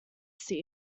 see